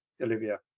olivia